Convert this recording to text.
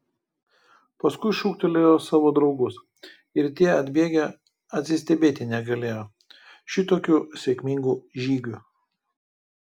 paskui šūktelėjo savo draugus ir tie atbėgę atsistebėti negalėjo šitokiu sėkmingu žygiu